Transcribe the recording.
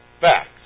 facts